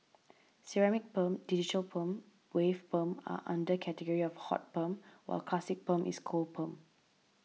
ceramic perm digital perm wave perm are under category of hot perm while classic perm is cold perm